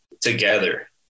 together